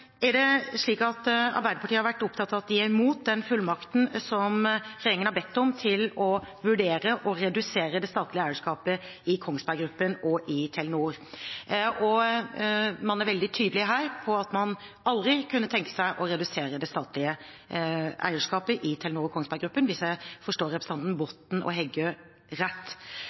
er det slik at Arbeiderpartiet har vært opptatt av at de er imot den fullmakten som regjeringen har bedt om til å vurdere å redusere det statlige eierskapet i Kongsberg Gruppen og i Telenor. Man er veldig tydelig her på at man aldri kunne tenke seg å redusere det statlige eierskapet i Telenor og Kongsberg Gruppen, hvis jeg forstår